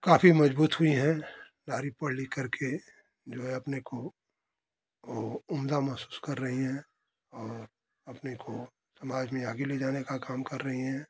काफ़ी मजबूत हुई हैं नारी पढ़ लिख करके जो है अपने को ओ उम्दा महसूस कर रही हैं और अपने को समाज में आगे ले जाने का काम कर रही हैं